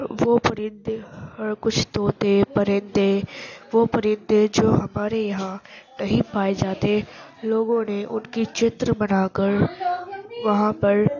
وہ پرندے اور کچھ طوطے پرندے وہ پرندے جو ہمارے یہاں نہیں پائے جاتے لوگ انہیں ان کی چتر بنا کر وہاں پر